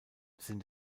sind